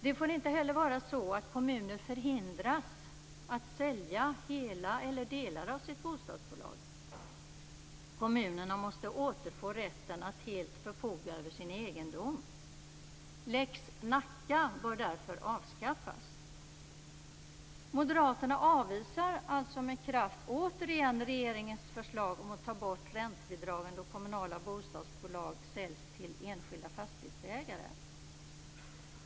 Det får inte heller vara så att kommuner förhindras att sälja hela eller delar av sitt bostadsbolag, som är fallet enligt lex Nacka. Kommunerna måste återfå rätten att helt förfoga över sin egendom. Lex Nacka bör därför avskaffas. Moderaterna avvisar alltså med kraft återigen regeringens förslag om att ta bort räntebidragen då kommunala bostadsbolag säljs till enskilda fastighetsägare.